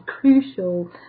crucial